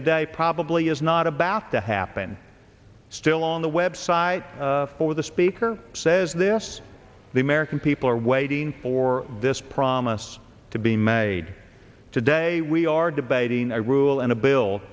today probably is not about to happen still on the website for the speaker says this the american people are waiting for this promise to be made today we are debating a rule and a bill